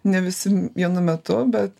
ne visi vienu metu bet